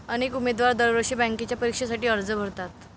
अनेक उमेदवार दरवर्षी बँकेच्या परीक्षेसाठी अर्ज भरतात